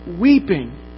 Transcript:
weeping